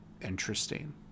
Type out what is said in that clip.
interesting